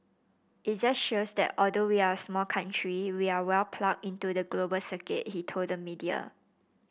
it just shows that although we're a small country we're well plugged into the global circuit he told the media